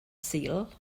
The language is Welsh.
sul